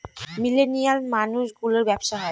millennial মানুষ গুলোর ব্যাবসা হয়